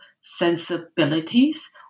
sensibilities